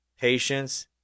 patience